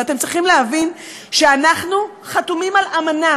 ואתם צריכים להבין שאנחנו חתומים על אמנה